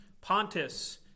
Pontus